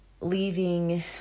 leaving